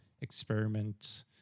experiment